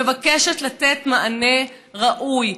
שמבקשת לתת מענה ראוי,